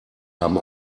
haben